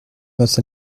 most